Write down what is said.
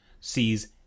sees